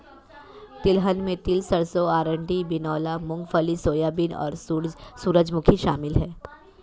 तिलहन में तिल सरसों अरंडी बिनौला मूँगफली सोयाबीन और सूरजमुखी शामिल है